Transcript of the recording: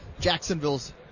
Jacksonville's